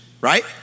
right